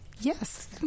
Yes